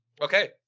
Okay